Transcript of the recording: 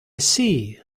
see